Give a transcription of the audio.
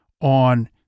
on